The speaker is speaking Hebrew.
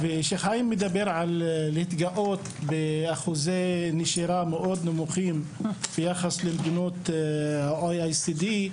כשחיים מדבר על להתגאות באחוזי נשירה נמוכים מאוד ביחס למדינת ה-OECD,